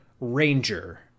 Ranger